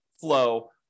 flow